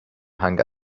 hunger